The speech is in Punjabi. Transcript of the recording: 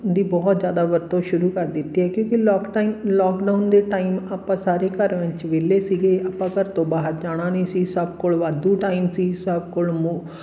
ਦੀ ਬਹੁਤ ਜ਼ਿਆਦਾ ਵਰਤੋਂ ਸ਼ੁਰੂ ਕਰ ਦਿੱਤੀ ਕਿਉਂਕਿ ਲੋਕਟਾਈਮ ਲੋਕਡਾਊਨ ਦੇ ਟਾਈਮ ਆਪਾਂ ਸਾਰੇ ਘਰ ਵਿੱਚ ਵਿਹਲੇ ਸੀਗੇ ਆਪਾਂ ਘਰ ਤੋਂ ਬਾਹਰ ਜਾਣਾ ਨਹੀਂ ਸੀ ਸਭ ਕੋਲ ਵਾਧੂ ਟਾਈਮ ਸੀ ਸਭ ਕੋਲੋਂ